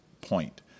point